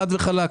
חד וחלק,